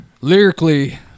lyrically